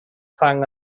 fang